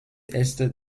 est